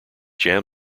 jam